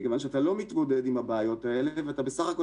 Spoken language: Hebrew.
מכיוון שאתה לא מתמודד עם הבעיות האלה ואתה בסך הכול